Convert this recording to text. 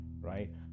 right